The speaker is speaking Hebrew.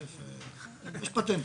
יש פטנטים.